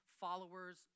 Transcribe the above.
followers